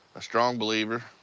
a strong believer.